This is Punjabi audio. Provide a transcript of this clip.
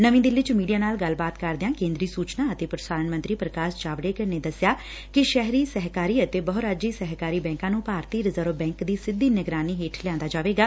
ਨਵੀਂ ਦਿੱਲੀ ਚ ਮੀਡੀਆ ਨਾਲ ਗੱਲਬਾਤ ਕਰਦਿਆਂ ਕੇਂਦਰੀ ਸੁਚਨਾ ਅਤੇ ਪ੍ਰਸਾਰਣ ਮੰਤਰੀ ਪ੍ਰਕਾਸ਼ ਜਾਵੜੇਕਰ ਨੇ ਦਸਿਆ ਕਿ ਸ਼ਹਿਰੀ ਸਹਿਕਾਰੀ ਅਤੇ ਬਹੁਰਾਜੀ ਸਹਿਕਾਰੀ ਬੈਕਾਂ ਨੂੰ ਭਾਰਤੀ ਰਿਜ਼ਰਵ ਬੈਂਕ ਦੀ ਸਿੱਧੀ ਨਿਗਰਾਨੀ ਹੇਠ ਲਿਆਂਦਾ ਜਾਵੇਗਾ